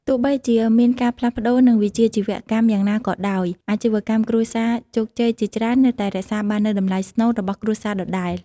ទោះបីជាមានការផ្លាស់ប្តូរ និងវិជ្ជាជីវៈកម្មយ៉ាងណាក៏ដោយ អាជីវកម្មគ្រួសារជោគជ័យជាច្រើននៅតែរក្សាបាននូវតម្លៃស្នូលរបស់គ្រួសារដដែរ។